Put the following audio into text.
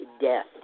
death